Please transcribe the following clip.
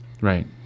right